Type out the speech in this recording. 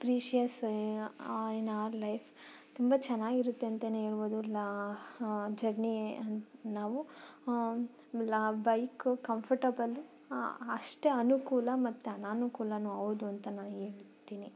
precious in our life ತುಂಬ ಚೆನ್ನಾಗಿರುತ್ತೆ ಅಂತಲೇ ಹೇಳ್ಬೌದು ಇಲ್ಲ ಜರ್ನಿ ನಾವು ಲ ಬೈಕು ಕಂಫರ್ಟಬಲು ಅಷ್ಟೇ ಅನುಕೂಲ ಮತ್ತು ಅನನುಕೂಲನೂ ಹೌದು ಅಂತ ನಾನು ಹೇಳ್ತೀನಿ